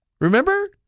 Remember